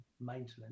maintenance